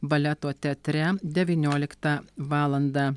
baleto teatre devynioliktą valandą